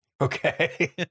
Okay